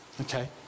okay